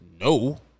no